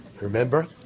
Remember